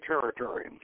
territory